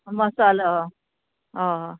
मसालो ओ